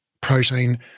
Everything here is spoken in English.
protein